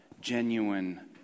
genuine